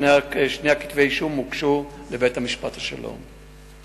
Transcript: שני כתבי האישום הוגשו לבית-משפט השלום.